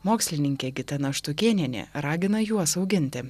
mokslininkė gitana štukėnienė ragina juos auginti